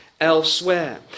elsewhere